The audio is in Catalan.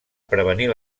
prevenir